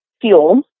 fuel